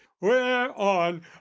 whereon